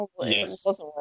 Yes